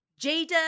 Jada